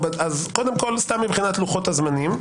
קודם כל מבחינת לוחות הזמנים,